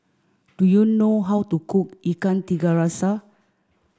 do you know how to cook Ikan Tiga Rasa